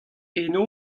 eno